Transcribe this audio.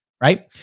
right